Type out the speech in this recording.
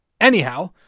Anyhow